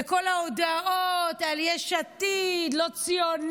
וכל ההודעות על יש עתיד: לא ציונים,